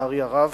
לצערי הרב